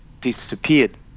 disappeared